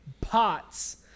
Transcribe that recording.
pots